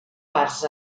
parts